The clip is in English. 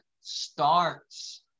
starts